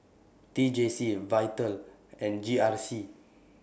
T J C Vital and G R C